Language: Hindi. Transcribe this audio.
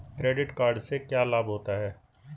क्रेडिट कार्ड से क्या क्या लाभ होता है?